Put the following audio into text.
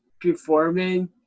performing